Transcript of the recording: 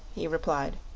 he replied.